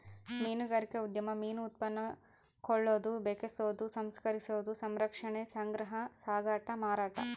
ಮೀನುಗಾರಿಕಾ ಉದ್ಯಮ ಮೀನು ಉತ್ಪನ್ನ ಕೊಳ್ಳೋದು ಬೆಕೆಸೋದು ಸಂಸ್ಕರಿಸೋದು ಸಂರಕ್ಷಣೆ ಸಂಗ್ರಹ ಸಾಗಾಟ ಮಾರಾಟ